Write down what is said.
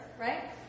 right